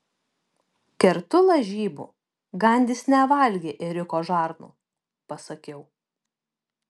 kertu lažybų gandis nevalgė ėriuko žarnų pasakiau